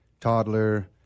toddler